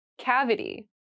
Cavity